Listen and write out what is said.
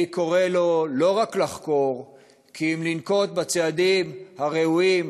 אני קורא לו לא רק לחקור כי אם לנקוט את הצעדים הראויים,